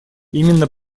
именно